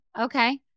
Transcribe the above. Okay